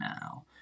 now